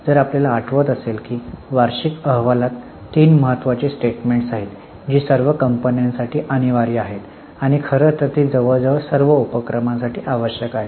जर आपल्याला आठवत असेल की वार्षिक अहवालात तीन महत्त्वाची स्टेटमेंट्स आहेत जी सर्व कंपन्यांसाठी अनिवार्य आहेत आणि खरं तर ती जवळजवळ सर्व उपक्रमांसाठी आवश्यक आहेत